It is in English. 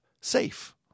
safe